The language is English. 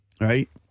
right